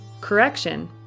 Correction